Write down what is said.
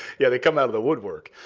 yeah they come out of the woodwork.